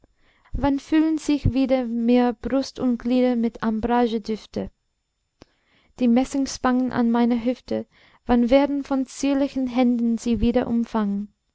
wann füllen sich wieder mir brust und glieder mit ambragedüfte die messingspangen an meiner hüfte wann werden von zierlichen händen sie wieder umfangen